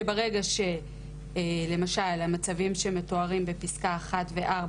שברגע שלמשל המצבים שמתוארים בפסקה (1) ו-(4),